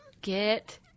Get